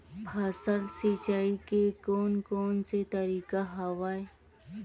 फसल सिंचाई के कोन कोन से तरीका हवय?